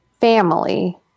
family